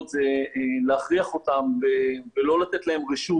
זה להכריח אותן ולא לתת להן רשות,